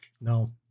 No